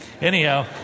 Anyhow